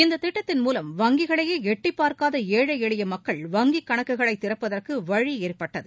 இந்த திட்டத்தின் மூலம் வங்கிகளையே எட்டிப்பார்க்காத ஏழை எளிய மக்கள் வங்கிக் கணக்குகளை திறப்பதற்கு வழி ஏற்பட்டது